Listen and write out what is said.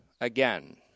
again